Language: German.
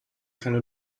keine